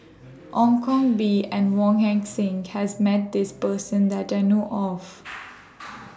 Ong Koh Bee and Wong Heck Sing has Met This Person that I know of